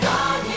God